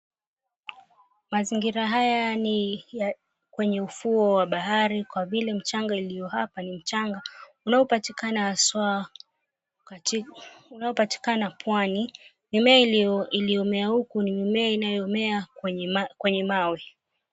Mazingira haya ni ya kwenye ufuo wa bahari kwa vile mchanga iliyo hapa ni mchanga unaopatikana haswa unaopatikana Pwani. Mimea iliyome huku ni mimea inayomea kwenye mawe.